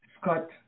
Scott